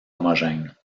homogène